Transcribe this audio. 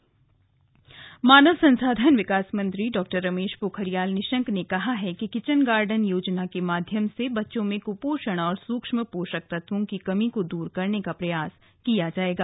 निशंक मानव संसाधन विकास मंत्री डॉ रमेश पोखरियाल निशंक ने कहा है कि किचन गार्डन योजना के माध्यम से बच्चों में कुपोषण और सुक्ष्म पोषक तत्वों की कमी को दूर करने का प्रयास किया जाएगा